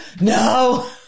No